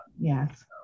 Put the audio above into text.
yes